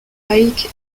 pike